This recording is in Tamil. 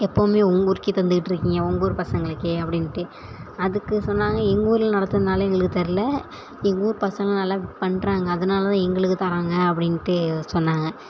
எப்போவுமே உங்கள் ஊருக்கே தந்துக்கிட்டுருக்கீங்க உங்கூர் பசங்களுக்கே அப்படின்ட்டு அதுக்கு சொன்னாங்க எங்கள் ஊரில் நடத்துறதுனால எங்களுக்கு தரல எங்கள் ஊர் பசங்க நல்லா பண்ணுறாங்க அதனால் தான் எங்களுக்கு தர்றாங்க அப்படின்ட்டு சொன்னாங்க